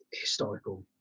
historical